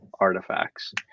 artifacts